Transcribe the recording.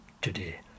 today